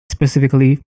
specifically